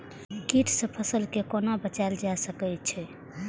कीट से फसल के कोना बचावल जाय सकैछ?